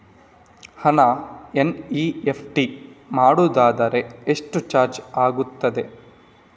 ಹಣ ಎನ್.ಇ.ಎಫ್.ಟಿ ಮಾಡುವುದಾದರೆ ಎಷ್ಟು ಚಾರ್ಜ್ ಆಗುತ್ತದೆ?